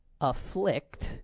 afflict